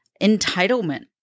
entitlement